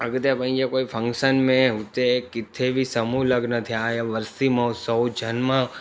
अॻिते भाई इहा कोई फ़ंक्शन में हुते किथे बि समूह लग्न थिया ऐं वरसी महोत्सव जनमु